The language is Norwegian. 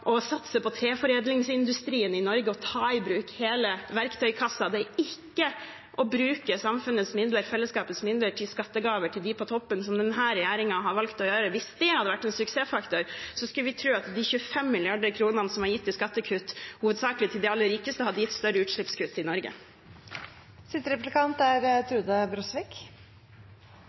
satse på treforedlingsindustrien i Norge, ta i bruk hele verktøykassa – det er ikke å bruke fellesskapets midler til skattegaver til dem på toppen, som denne regjeringen har valgt å gjøre. Hvis det hadde vært en suksessfaktor, skulle man tro at de 25 mrd. kr som er gitt i skattekutt, hovedsakelig til de aller rikeste, hadde gitt større utslippskutt i Norge. Eg synest eigentleg denne skattedebatten er